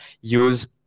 use